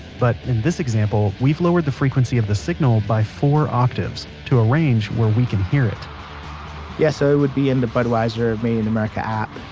but, in this example we've lowered the frequency of the signal by four octaves, to a range where you can hear it yeah, so it would be in the budweiser made in america app.